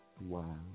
Wow